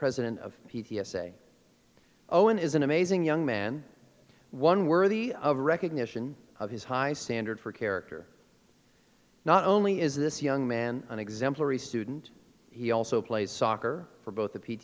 president of the essay owen is an amazing young man one worthy of recognition of his high standard for character not only is this young man an exemplary student he also plays soccer for both the p